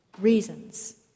reasons